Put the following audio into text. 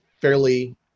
fairly